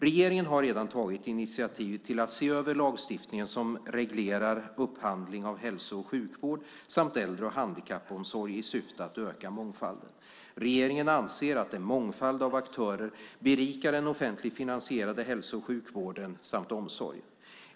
Regeringen har redan tagit initiativ till att se över lagstiftningen som reglerar upphandling av hälso och sjukvård samt äldre och handikappomsorg i syfte att öka mångfalden. Regeringen anser att en mångfald av aktörer berikar den offentligt finansierade hälso och sjukvården samt omsorgen.